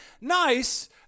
nice